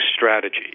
strategy